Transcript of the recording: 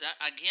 again